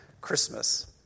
Christmas